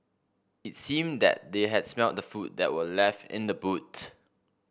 it seemed that they had smelt the food that were left in the boot